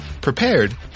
prepared